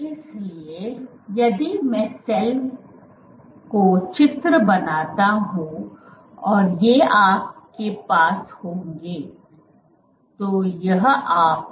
इसलिए यदि मैं सेल को चित्र बनाता हूं और ये आपके पास होंगे